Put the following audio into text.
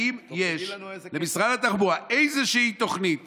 האם יש למשרד התחבורה איזושהי תוכנית